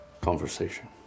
conversation